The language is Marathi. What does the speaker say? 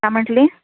का म्हटली